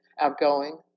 outgoing